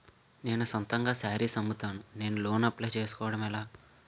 నేను సొంతంగా శారీస్ అమ్ముతాడ, నేను లోన్ అప్లయ్ చేసుకోవడం ఎలా?